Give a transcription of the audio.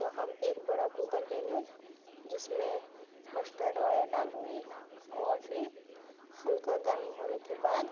تو ہم ایک بڑا کوکر لیںگے جس میں مسٹرڈ آئل ڈالیں گے اور پھر ہلکا گرم ہونے بعد